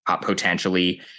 potentially